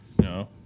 No